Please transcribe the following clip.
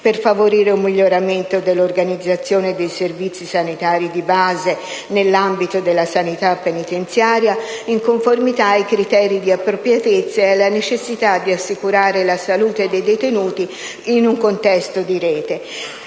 per favorire un miglioramento dell'organizzazione dei servizi sanitari di base nell'ambito della sanità penitenziaria in conformità ai criteri di appropriatezza e alla necessità di assicurare la salute dei detenuti in un contesto di rete.